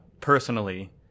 personally